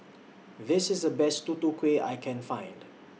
This IS The Best Tutu Kueh I Can Find